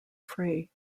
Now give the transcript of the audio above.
free